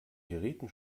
geräten